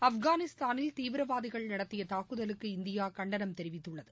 ஆப்கானிஸ்தானில் தீவிரவாதிகள் நடத்தியதாக்குதலுக்கு இந்தியாகண்டனம் தெரிவித்துள்ளது